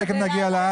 תיכף נגיע לעזה.